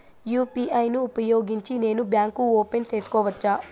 UPI ను ఉపయోగించి నేను బ్యాంకు ఓపెన్ సేసుకోవచ్చా?